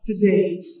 today